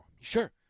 Sure